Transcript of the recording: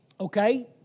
Okay